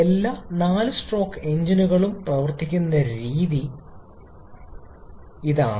എല്ലാ 4 സ്ട്രോക്ക് എഞ്ചിനുകളും പ്രവർത്തിക്കുന്ന രീതി ഇതാണ്